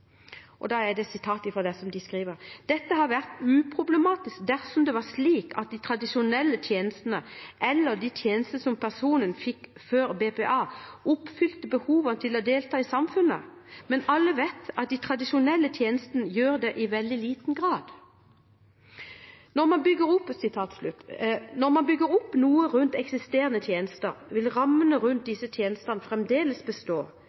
vært uproblematisk dersom det var slik at de tradisjonelle tjenestene eller de tjenestene personen fikk før BPA oppfylte behovene til å delta i samfunnet. Men alle vet at de tradisjonelle tjenestene gjør det i veldig liten grad.» Når man bygger opp noe rundt eksisterende tjenester, vil rammene rundt disse tjenestene fremdeles bestå,